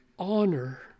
honor